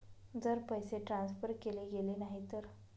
जर पैसे ट्रान्सफर केले गेले नाही तर?